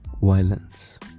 Violence